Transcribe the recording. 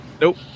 Nope